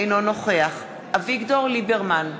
אינו נוכח אביגדור ליברמן,